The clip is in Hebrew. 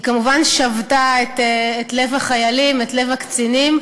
היא כמובן שבתה את לב החיילים, את לב הקצינים,